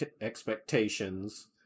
expectations